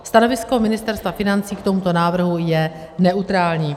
Stanovisko Ministerstva financí k tomuto návrhu je neutrální.